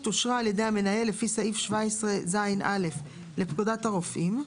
אושרה על ידי המנהל לפי סעיף 17ז(א) לפקודת הרופאים,